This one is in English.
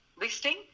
listing